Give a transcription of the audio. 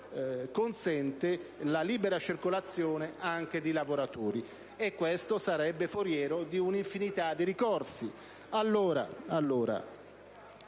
consente la libera circolazione anche dei lavoratori, e sarebbe foriero di una infinità di ricorsi.